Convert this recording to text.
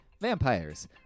vampires